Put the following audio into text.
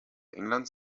englands